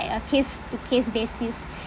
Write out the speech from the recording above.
uh a case to case basis